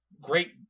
great